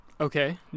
Okay